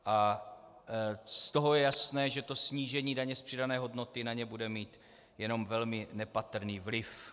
Z toho je jasné, že snížení daně z přidané hodnoty na ně bude mít jenom velmi nepatrný vliv.